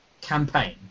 campaign